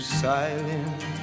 silent